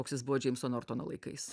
koks jis buvo džeimso nortono laikais